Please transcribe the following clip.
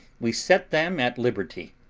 we set them at liberty,